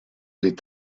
des